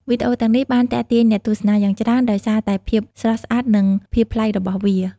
វីដេអូទាំងនេះបានទាក់ទាញអ្នកទស្សនាយ៉ាងច្រើន ដោយសារតែភាពស្រស់ស្អាត និងភាពប្លែករបស់វា។